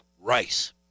rice